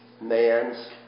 man's